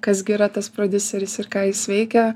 kas gi yra tas prodiuseris ir ką jis veikia